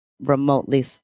remotely